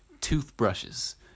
toothbrushes